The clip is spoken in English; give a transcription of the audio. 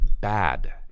bad